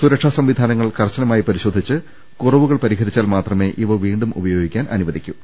സുരക്ഷാസംവിധാനങ്ങൾ കർശനമായി പരിശോധിച്ച് കുറവുകൾ പരിഹരിച്ചാൽ മാത്രമേ ഇവ വീണ്ടും ഉപയോഗി ക്കുവാൻ അനുവദിക്കൂ